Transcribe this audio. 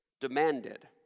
demanded